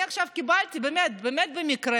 אני עכשיו קיבלתי במקרה